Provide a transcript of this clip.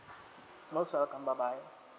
most welcome bye bye